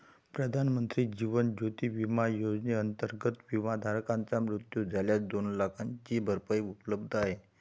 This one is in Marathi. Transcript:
प्रधानमंत्री जीवन ज्योती विमा योजनेअंतर्गत, विमाधारकाचा मृत्यू झाल्यास दोन लाखांची भरपाई उपलब्ध आहे